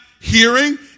hearing